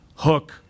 hook